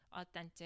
authentic